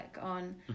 on